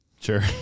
Sure